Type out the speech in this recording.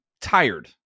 tired